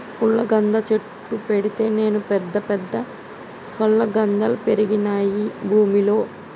పుల్లగంద చెట్టు పెడితే నేను పెద్ద పెద్ద ఫుల్లగందల్ పెరిగినాయి భూమిలో